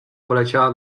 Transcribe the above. poleciała